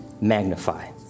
magnify